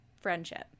friendship